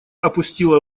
опустила